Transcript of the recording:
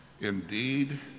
Indeed